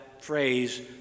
phrase